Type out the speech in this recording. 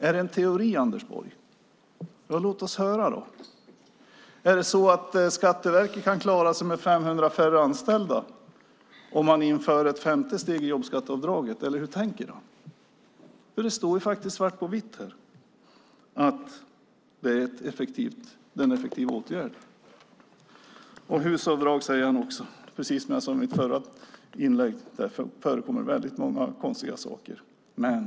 Är det en teori, Anders Borg? Låt oss då höra den. Kan Skatteverket klara sig med 500 färre anställda om man inför ett femte steg i jobbskatteavdraget? Eller hur tänker du, Anders Borg? Det står ju svart på vitt att det är en effektiv åtgärd. Anders Borg talar också om HUS-avdragen. Precis som jag sade i mitt förra inlägg förekommer det många konstiga saker där.